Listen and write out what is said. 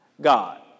God